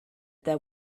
there